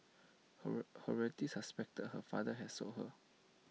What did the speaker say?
her her relatives has suspected her father had sold her